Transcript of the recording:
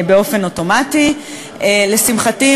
לשמחתי,